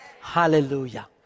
Hallelujah